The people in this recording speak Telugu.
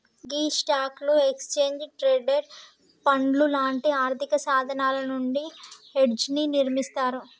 గీ స్టాక్లు, ఎక్స్చేంజ్ ట్రేడెడ్ పండ్లు లాంటి ఆర్థిక సాధనాలు నుండి హెడ్జ్ ని నిర్మిస్తారు